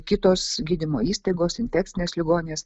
kitos gydymo įstaigos infekcinės ligoninės